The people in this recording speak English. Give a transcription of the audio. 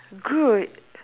good